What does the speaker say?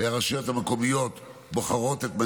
הרשויות המקומיות בוחרות את מנהיגיהן,